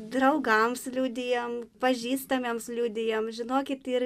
draugams liudijam pažįstamiems liudijam žinokit ir